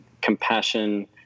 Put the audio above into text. compassion